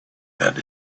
that